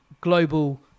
global